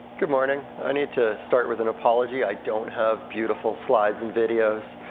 good morning, i need to start with an apology. i don't have beautiful slides and videos.